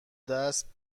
دست